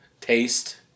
Taste